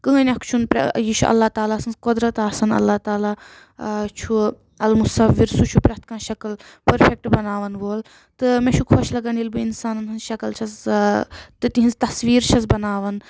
کٕہٕنۍ اکھ چھُ نہٕ یہِ چھُ اللہ تالہ سٕنٛز قۄدرت آسان اللہ تالہ چھُ اَلمُصور سُہ چھُ پرٮ۪تھ کانٛہہ شکٕل پٔرفیٚکٹہٕ بَناون وول تہٕ مےٚ چھُ خۄش لَگان ییٚلہِ بہٕ اِنسانَن ہٕنٛز شکٕل چھَس تہٕ تِہنٛز تصویر چھَس بَناوان